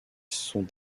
sont